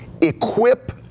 equip